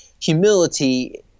humility